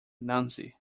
nancy